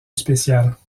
spéciales